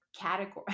category